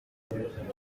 twashoboraga